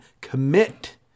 Commit